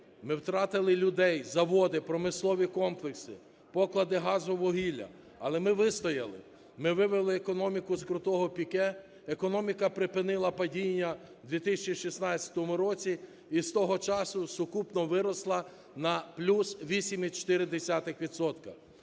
Ми втратили людей, заводи, промислові комплекси, поклади газового вугілля. Але ми вистояли, ми вивели економіку з крутого піке, економіка припинила падіння в 2016 році і з того часу сукупно виросла на плюс 8,4